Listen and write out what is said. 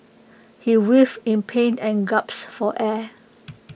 he writhed in pain and gasped for air